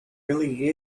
really